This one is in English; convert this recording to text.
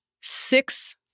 six